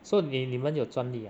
so 你你们有专利 ah